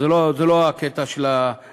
אבל זה לא הקטע של הדיון.